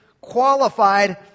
qualified